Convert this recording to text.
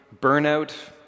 burnout